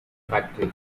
factory